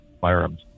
firearms